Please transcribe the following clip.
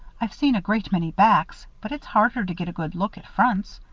i've seen a great many backs but it's harder to get a good look at fronts.